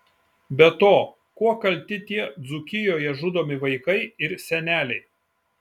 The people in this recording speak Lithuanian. be to kuo kalti tie dzūkijoje žudomi vaikai ir seneliai